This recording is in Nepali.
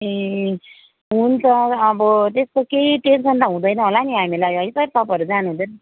ए हुन्छ अब त्यस्तो केही टेन्सन त हुँदैन होला नि हामीलाई है सर तपाईँहरू जानुहुँदैछ